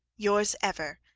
yours ever,